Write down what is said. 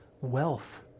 wealth